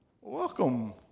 Welcome